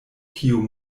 kiu